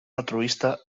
altruista